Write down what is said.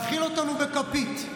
להאכיל אותנו בכפית,